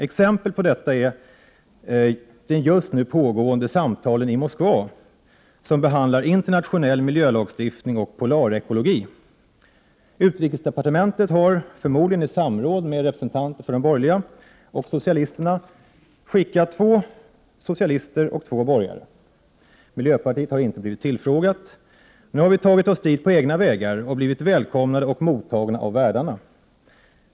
Exempel på detta är de just nu pågående samtalen i Moskva som behandlar internationell miljölagstiftning och polarekologi. Utrikesdepartementet har, förmodligen i samråd med representanter för de borgerliga och för socialisterna, skickat två borgare och två socialister. Miljöpartiet har inte blivit tillfrågat. Nu har vi tagit oss dit på egna vägar och blivit välkomnade och mottagna av värdarna.